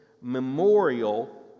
memorial